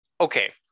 Okay